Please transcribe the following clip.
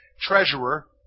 treasurer